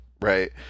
right